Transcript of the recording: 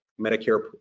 Medicare